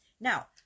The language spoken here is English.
now